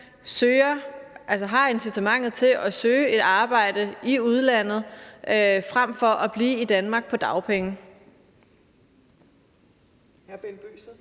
har incitamentet til at søge et arbejde i udlandet frem for at blive i Danmark på dagpenge.